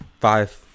five